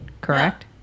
correct